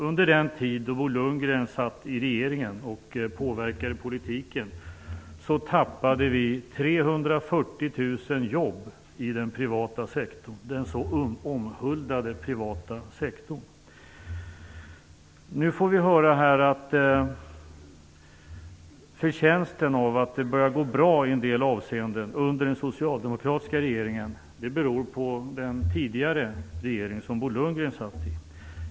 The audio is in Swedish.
Under den tid Bo Lundgren satt i regeringen och påverkade politiken tappade vi 340 000 jobb i den så omhuldade privata sektorn. Nu får vi höra att förtjänsten av att det börjar gå bra i en del avseenden under den socialdemokratiska regeringen är den tidigare regeringens - den som Bo Lundgren satt i.